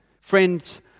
Friends